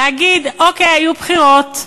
להגיד: אוקיי, היו בחירות,